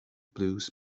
blues